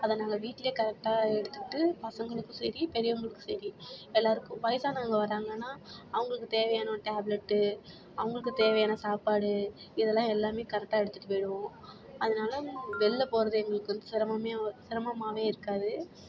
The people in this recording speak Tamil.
அதை நாங்கள் வீட்டிலையே கரெக்டாக எடுத்துக்கிட்டு பசங்களுக்கும் சரி பெரியவர்களுக்கும் சரி எல்லாருக்கும் வயதானவங்க வராங்கன்னால் அவங்களுக்குத் தேவையான டேப்லெட்டு அவங்களுக்குத் தேவையான சாப்பாடு இதெலாம் எல்லாமே கரெக்டாக எடுத்துகிட்டுப் போயிடுவோம் அதனால் வெளில போவது எங்களுக்கு சிரமமே சிரமமாகவே இருக்காது